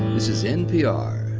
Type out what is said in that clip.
this is npr.